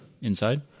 Inside